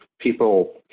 people